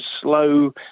slow